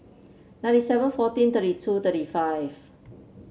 ninety seven fourteen thirty two thirty five